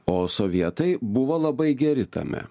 o sovietai buvo labai geri tame